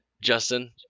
Justin